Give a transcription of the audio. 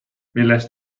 millest